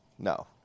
No